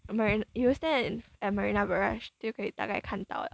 mari~ you stand at marina barrage 就可以大概看到了